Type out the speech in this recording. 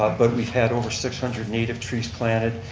ah but we've had over six hundred native trees planted.